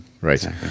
Right